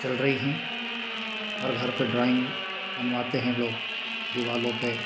चल रही हैं हर घर पे ड्राइंग बनवाते हैं लोग दिवालों पे